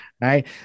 Right